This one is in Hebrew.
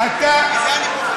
מזה אני פוחד.